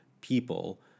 people